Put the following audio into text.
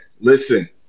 listen